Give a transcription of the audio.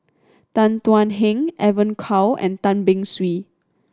Tan Thuan Heng Evon Kow and Tan Beng Swee